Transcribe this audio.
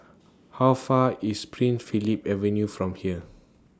How Far IS Prince Philip Avenue from here